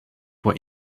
were